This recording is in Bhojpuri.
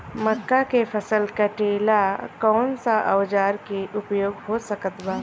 मक्का के फसल कटेला कौन सा औजार के उपयोग हो सकत बा?